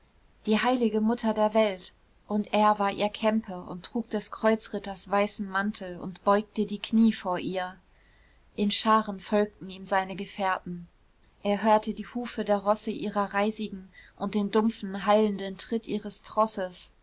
die heilige mutter der welt und er war ihr kämpe und trug des kreuzritters weißen mantel und beugte die knie vor ihr in scharen folgten ihm seine gefährten er hörte die hufe der rosse ihrer reisigen und den dumpfen hallenden tritt ihres trosses